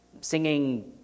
singing